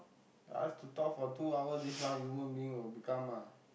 I ask to talk for two hours this one human being will become ah